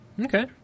Okay